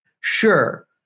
sure